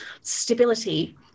stability